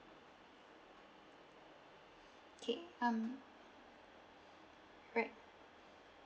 okay um right